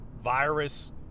virus